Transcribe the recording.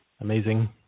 amazing